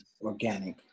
Organic